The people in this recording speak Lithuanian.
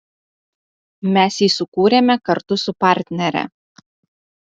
mes jį sukūrėme kartu su partnere